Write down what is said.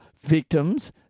victims